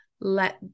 let